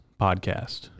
podcast